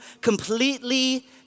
completely